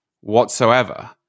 whatsoever